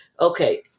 Okay